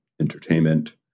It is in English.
entertainment